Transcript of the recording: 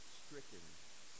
stricken